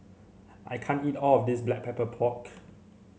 I can't eat all of this Black Pepper Pork